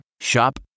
Shop